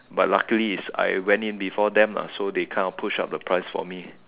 but luckily is I went in before them lah so they kind of push up the price for me